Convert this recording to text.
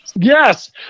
Yes